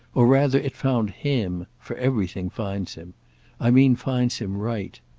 or rather it found him for everything finds him i mean finds him right.